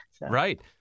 Right